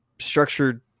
structured